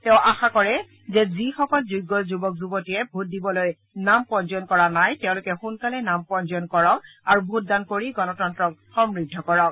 তেওঁ আশা কৰে যে সকলো যোগ্য যুৱক যুৱতীয়ে ভোট দিবলৈ নাম পঞ্জীয়ন কৰা নাই তেওঁলোকে সোণকালেই নাম পঞ্জীয়ন কৰক আৰু ভোটদান কৰি গণতন্ত্ৰক সমৃদ্ধ কৰক